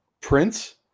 Prince